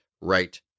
right